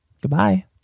Goodbye